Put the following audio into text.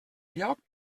lloc